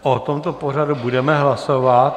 O tomto pořadu budeme hlasovat.